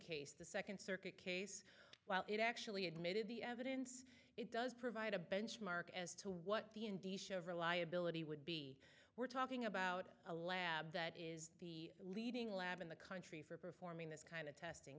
case the second circuit case while it actually admitted the evidence it does provide a benchmark as to what the indy show reliability would be we're talking about a lab that is the leading lab in the kind arming this kind of testing